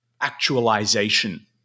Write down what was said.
actualization